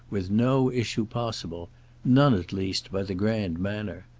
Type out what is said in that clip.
with no issue possible none at least by the grand manner.